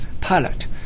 pilot